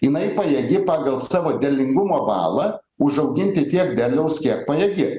jinai pajėgi pagal savo derlingumo balą užauginti tiek derliaus kiek pajėgi